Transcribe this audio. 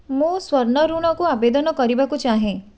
ମୁଁ ସ୍ଵର୍ଣ୍ଣ ଋଣକୁ ଆବେଦନ କରିବାକୁ ଚାହେଁ